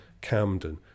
Camden